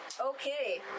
Okay